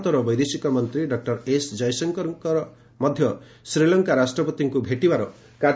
ଭାରତର ବୈଦେଶିକମନ୍ତ୍ରୀ doctor S Jaishankar ମଧ୍ୟ ଶ୍ରୀଲଙ୍କା ରାଷ୍ଟ୍ରପତିଙ୍କୁ ଭେଟିବେ